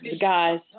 guys